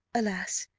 alas!